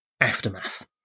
Aftermath